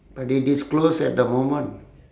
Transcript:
but it is closed at the moment